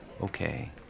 Okay